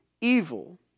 evil